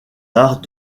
arts